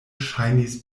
ŝajnis